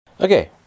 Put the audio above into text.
Okay